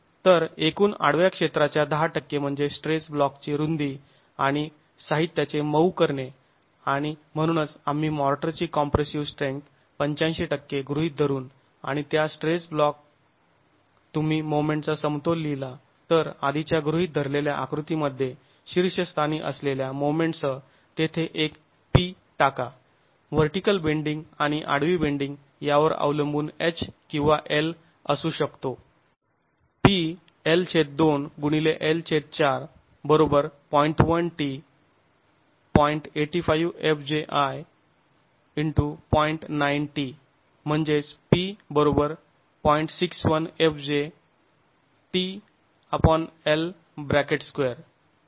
तर एकूण आडव्या क्षेत्राच्या १० म्हणजे स्ट्रेस ब्लॉकची रुंदी आणि साहित्याचे मऊ करणे आणि म्हणूनच आम्ही माॅर्टरची कम्प्रेसिव स्ट्रेंन्थ ८५ गृहीत धरून आणि त्या स्ट्रेस ब्लॉक तुम्ही मोमेंटचा समतोल लिहिला तर आधीच्या गृहीत धरलेल्या आकृतीमध्ये शीर्षस्थानी असलेल्या मोमेंटसह तेथे एक p टाका व्हर्टीकल बेंडींग आणि आडवी बेंडींग यावर अवलंबून h किंवा L असू शकतो